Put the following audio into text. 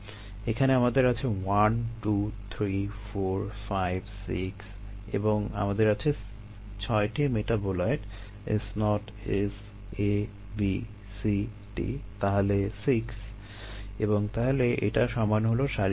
এখানে আমাদের আছে 1 2 3 4 5 6 এবং আমাদের আছে 6 টি metabolite S0 S A B C D তাহলে 6 এবং তাহলে এটা সমান হলো সারির সংখ্যা